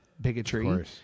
bigotry